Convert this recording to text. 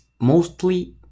mostly